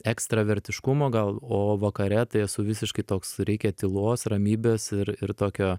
ekstravertiškumo gal o vakare tai esu visiškai toks reikia tylos ramybės ir ir tokio